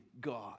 god